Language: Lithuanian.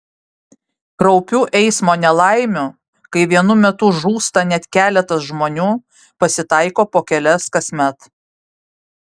kraupių eismo nelaimių kai vienu metu žūsta net keletas žmonių pasitaiko po kelias kasmet